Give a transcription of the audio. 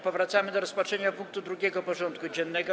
Powracamy do rozpatrzenia punktu 2. porządku dziennego: